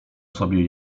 sobie